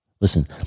Listen